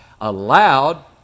allowed